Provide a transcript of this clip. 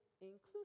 inclusive